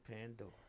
Pandora